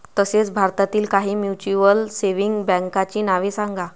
तसेच भारतातील काही म्युच्युअल सेव्हिंग बँकांची नावे सांगा